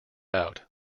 out